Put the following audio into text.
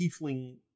tiefling